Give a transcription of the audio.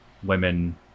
Women